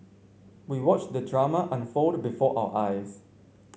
we watched the drama unfold before our eyes